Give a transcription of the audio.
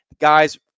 Guys